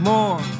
More